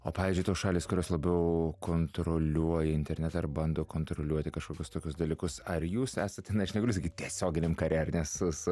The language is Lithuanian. o pavyzdžiui tos šalys kurios labiau kontroliuoja internetą ar bando kontroliuoti kažkokius tokius dalykus ar jūs esate na aš negaliu sakyt tiesioginiam kare ar ne su su